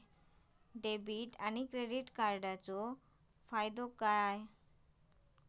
Debit आणि credit कार्डचो फायदो काय?